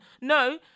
No